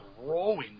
growing